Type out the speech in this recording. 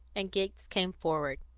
and gates came forward.